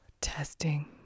Testing